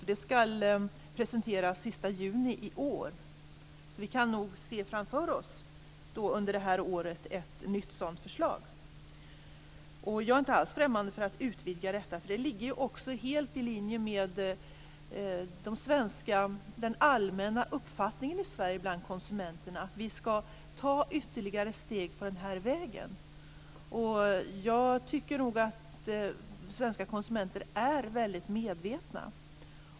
Det här skall presenteras den sista juni i år, så vi kan nog under det här året se framför oss ett nytt sådant förslag. Jag är inte alls främmande för att utvidga detta, för det ligger helt i linje med den allmänna uppfattningen i Sverige bland konsumenterna att vi skall ta ytterligare steg på den här vägen. Jag tycker nog att svenska konsumenter är väldigt medvetna.